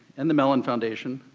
and the mellon foundation.